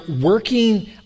working